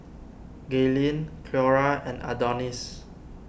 Gaylene Cleora and Adonis